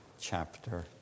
chapter